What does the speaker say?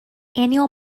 annual